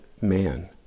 man